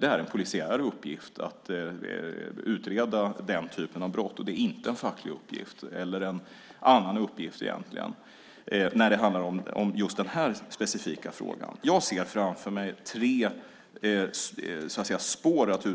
Det är en polisiär uppgift att utreda den typen av brott, inte en facklig uppgift, när det gäller just den här specifika frågan. Jag ser framför mig fyra spår att